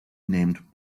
named